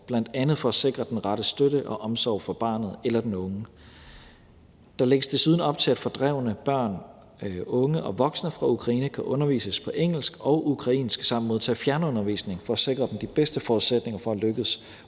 bl.a. for at sikre den rette støtte og omsorg for barnet eller den unge. Der lægges desuden op til, at fordrevne børn, unge og voksne fra Ukraine kan undervises på engelsk og ukrainsk samt modtage fjernundervisning for at sikre dem de bedste forudsætninger for at lykkes,